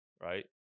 right